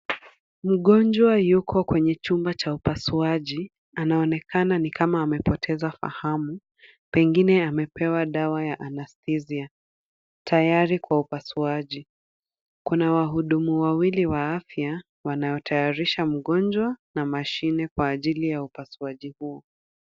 Mgonjwa yuko kwenye chumba cha upasuaji. Anaonekana ni kama amepoteza fahamu, pengine amepewa dawa ya anaesthesia , tayari kwa upasuaji. Kuna wahudumu wawili wa afya wanaotayarisha mgonjwa na mashine kwa ajili ya upasuaji huo.